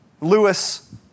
Lewis